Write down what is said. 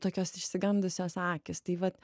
tokios išsigandusios akys tai vat